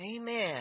amen